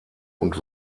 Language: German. und